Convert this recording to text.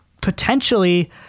potentially